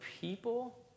people